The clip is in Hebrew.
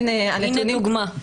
הינה דוגמה.